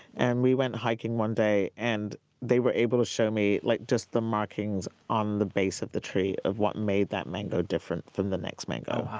and we went hiking one day and they were able to show me like the markings on the base of the tree of what made that mango different from the next mango.